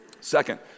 Second